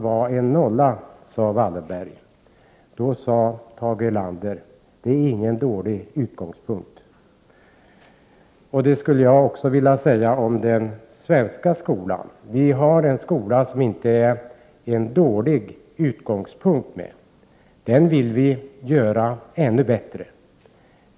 Erlander är en nolla, hade Wallenberg sagt, och då sade Erlander: Det är ingen dålig utgångspunkt. Det är vad jag skulle vilja säga om den svenska skolan. Vi har en skola som inte är någon dålig utgångspunkt, och vi vill göra den ännu bättre.